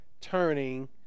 turning